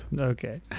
Okay